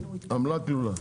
עמלת פעולה.